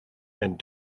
and